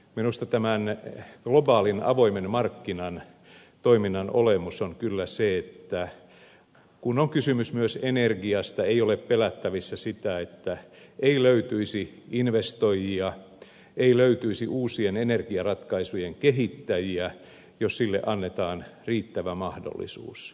minusta tämän globaalin avoimen markkinan toiminnan olemus on kyllä se että kun on kysymys myös energiasta ei ole pelättävissä sitä että ei löytyisi investoijia ei löytyisi uusien energiaratkaisujen kehittäjiä jos annetaan riittävä mahdollisuus